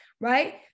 right